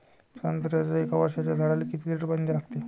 संत्र्याच्या एक वर्षाच्या झाडाले किती लिटर पाणी द्या लागते?